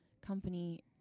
Company